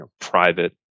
private